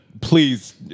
please